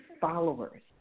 followers